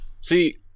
See